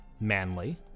manly